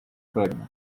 pregnant